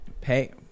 Pay